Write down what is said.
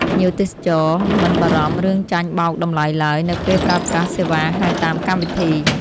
ភ្ញៀវទេសចរមិនបារម្ភរឿងចាញ់បោកតម្លៃឡើយ នៅពេលប្រើប្រាស់សេវាហៅតាមកម្មវិធី។